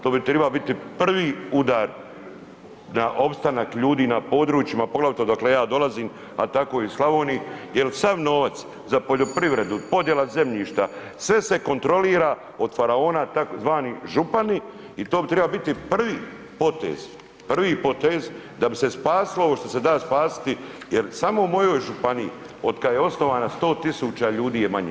To bi trebala biti prvi udar na opstanak ljudi na područjima, poglavito odakle ja dolazim, a tako i u Slavoniji jer sav novac za poljoprivredu, podjela zemljišta, sve se kontrolira od faraona tzv. župani i to treba biti prvi potez, prvi potez da bi se spasilo ovo što se da spasiti jer samo u mojoj županiji od kad je osnovana 100 tisuća ljudi je manje.